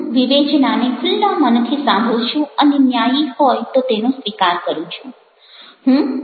હું વિવેચનાને ખુલ્લાં મનથી સાંભળું છું અને ન્યાયી હોય તો તેનો સ્વીકાર કરું છું